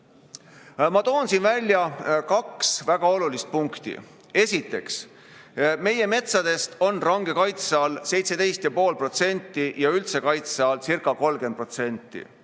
Ma toon siin välja kaks väga olulist punkti. Esiteks, meie metsadest on range kaitse all 17,5% ja üldse kaitse allcirca30%.